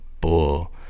bull